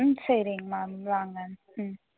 ம் சரிங்க மேம் வாங்க மேம் ம்